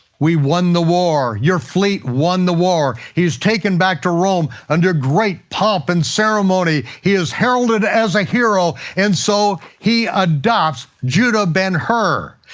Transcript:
we won the war, you're fleet won the war! he's taken back to rome under great pomp and ceremony, he is heralded as a hero, and so he adopts judah ben-hur.